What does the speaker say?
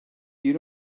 you